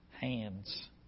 hands